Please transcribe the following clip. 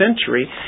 century